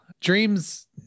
dreams